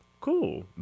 Cool